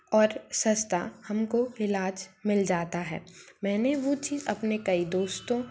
और सस्ता हमको इलाज मिल जाता है मैंने वो चीज अपने कई दोस्तों